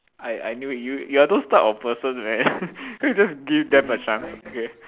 I I knew it you you're those type of person man can't you just give them a chance okay